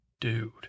dude